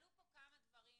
עלו פה כמה דברים